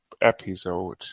episode